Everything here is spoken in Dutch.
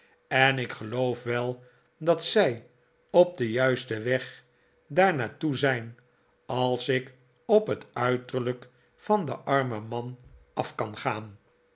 en ik geloof wel dat zij op den juisten weg daar naar toe zijn als ik op het uiterlijk van den armen man af kan gaan